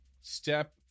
step